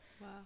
Wow